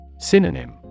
Synonym